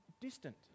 distant